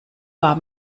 war